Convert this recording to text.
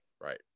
Right